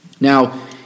Now